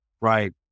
right